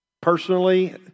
personally